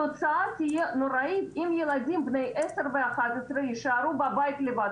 התוצאה תהיה נוראית אם ילדים בני 10 ו-11 יישארו בבית לבד.